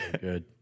good